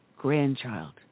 grandchild